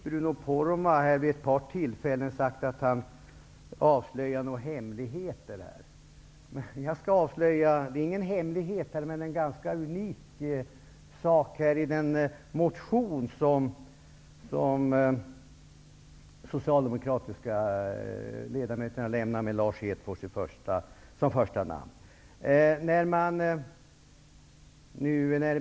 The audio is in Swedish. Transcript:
Bruno Poromaa har här vid ett par tillfällen sagt att han avslöjar hemligheter. Jag skall avslöja något som inte är en hemlighet men som än någonting ganska unikt i den motion som de socialdemokratiska ledamöterna, med Lars Hedfors som första namn, har väckt.